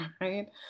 right